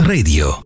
Radio